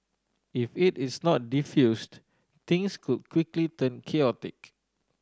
if it is not defused things could quickly turn chaotic